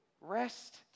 rest